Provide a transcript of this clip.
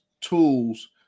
tools